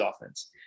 offense